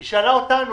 היא שאלה אותנו,